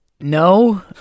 no